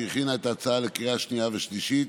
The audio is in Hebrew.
שהכינה את ההצעה לקריאה השנייה והשלישית,